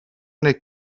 neu